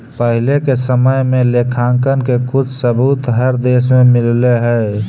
पहिले के समय में लेखांकन के कुछ सबूत हर देश में मिलले हई